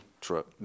truck